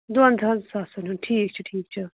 دُوَنزٕہاہن ساسَن ہُنٛد ٹھیٖک چھُ ٹھیٖک چھُ